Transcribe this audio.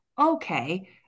Okay